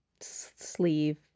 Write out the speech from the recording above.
sleeve